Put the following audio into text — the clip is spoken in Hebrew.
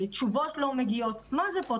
תשובות לא מגיעות מה זה פה?